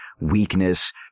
weakness